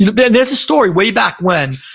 there's there's a story way back when.